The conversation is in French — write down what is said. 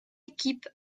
équipe